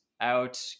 out